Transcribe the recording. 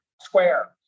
Square